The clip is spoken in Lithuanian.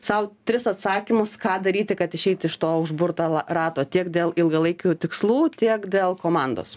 sau tris atsakymus ką daryti kad išeiti iš to užburto rato tiek dėl ilgalaikių tikslų tiek dėl komandos